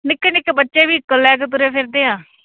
ਨਿੱਕੇ ਨਿੱਕੇ ਬੱਚੇ ਵੀਹਕਲ ਲੈ ਕੇ ਤੁਰੇ ਫਿਰਦੇ ਆ